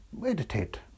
meditate